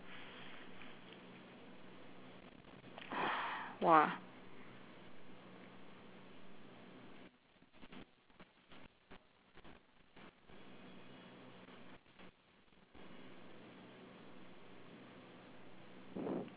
!wah!